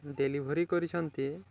delivery କରିଛନ୍ତି